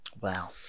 Wow